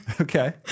okay